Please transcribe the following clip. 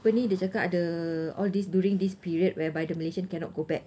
apa ni dia cakap ada all these during this period whereby the malaysian cannot go back